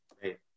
great